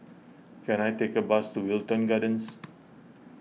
can I take a bus to Wilton Gardens